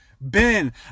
Ben